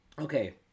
Okay